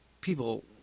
people